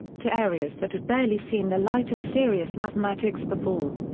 to areas that had barely seen the light of serious mathematics before.